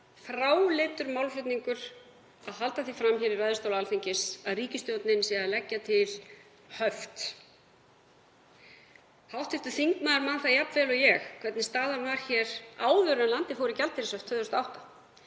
fráleitur málflutningur að halda því fram hér í ræðustóli Alþingis að ríkisstjórnin sé að leggja til höft. Hv. þingmaður man það jafn vel og ég hvernig staðan var hér áður en landið fór í gjaldeyrishöft 2008,